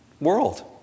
world